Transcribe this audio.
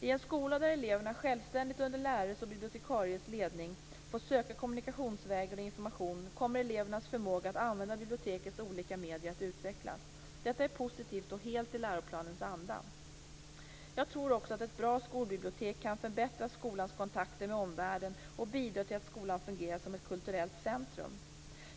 I en skola där eleverna självständigt under lärares och bibliotekariers ledning får söka kommunikationsvägar och information kommer elevernas förmåga att använda bibliotekets olika medier att utvecklas. Detta är positivt och helt i läroplanens anda. Jag tror också att ett bra skolbibliotek kan förbättra skolans kontakter med omvärlden och bidra till att skolan fungerar som ett kulturellt centrum.